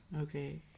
Okay